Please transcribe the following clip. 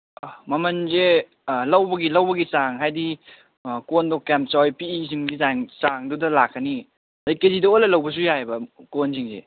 ꯃꯃꯜꯁꯦ ꯂꯧꯕꯒꯤ ꯆꯥꯡ ꯍꯥꯏꯗꯤ ꯀꯣꯟꯗꯣ ꯀꯌꯥꯝ ꯆꯥꯎꯋꯤ ꯄꯤꯛꯏ ꯆꯥꯡ ꯆꯥꯡꯗꯨꯗ ꯂꯥꯛꯀꯅꯤꯌꯦ ꯀꯦꯖꯤꯗ ꯑꯣꯟꯂꯒ ꯂꯧꯕꯁꯨ ꯌꯥꯏꯌꯦꯕ ꯀꯣꯟꯁꯤꯡꯁꯦ